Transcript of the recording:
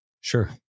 sure